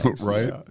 right